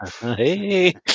hey